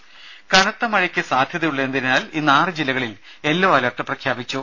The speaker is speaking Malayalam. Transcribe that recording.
രുര കനത്ത മഴയ്ക്ക് സാധ്യതയുള്ളതിനാൽ ഇന്ന് ആറു ജില്ലകളിൽ യെല്ലോ അലർട്ട് പ്രഖ്യാപിച്ചു